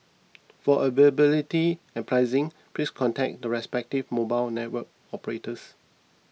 for availability and pricing please contact the respective mobile network operators